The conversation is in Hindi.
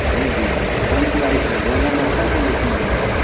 जी जी जी कौनसी आइस में दोनों में हो रहा है कि एक में हो रहा है